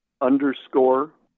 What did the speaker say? underscore